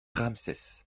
ramsès